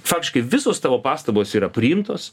faktiškai visos tavo pastabos yra priimtos